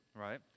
right